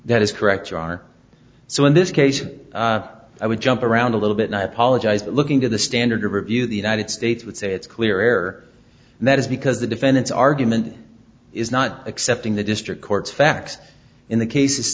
that is correct are so in this case i would jump around a little bit and i apologize but looking to the standard review the united states would say it's clear and that is because the defendant's argument is not accepting the district court's facts in the case